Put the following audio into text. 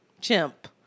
chimp